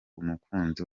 umukunzi